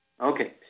Okay